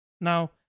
Now